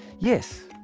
yes,